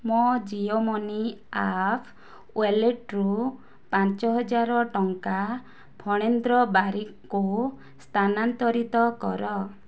ମୋ' Jio money app ୱାଲେଟରୁ ପାଞ୍ଚହଜାର ଟଙ୍କା ଫଣେନ୍ଦ୍ର ବାରିକଙ୍କୁ ସ୍ଥାନାନ୍ତରିତ କର